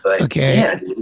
Okay